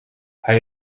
hij